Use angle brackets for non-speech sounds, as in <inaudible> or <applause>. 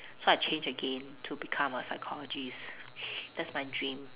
so I changed again to become a psychologist <noise> that's my dream